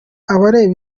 abareba